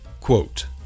Quote